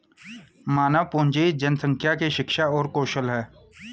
मानव पूंजी जनसंख्या की शिक्षा और कौशल है